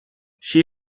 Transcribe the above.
she